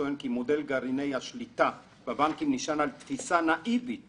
טוען כי מודל גרעיני השליטה בבנקים נשען על תפישה נאיבית